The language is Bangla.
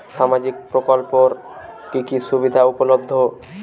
সামাজিক প্রকল্প এর কি কি সুবিধা উপলব্ধ?